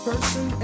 Person